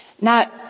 Now